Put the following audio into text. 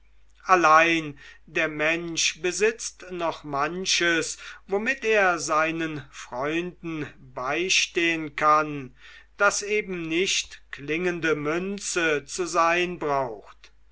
allein der mensch besitzt noch manches womit er seinen freunden beistehen kann das eben nicht klingende münze zu sein braucht